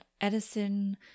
Edison